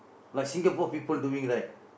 like Singapore people doing right